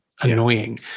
annoying